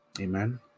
amen